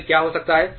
फिर क्या हो सकता है